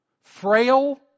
Frail